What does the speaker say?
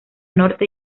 norte